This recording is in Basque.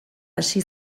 hasi